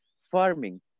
farming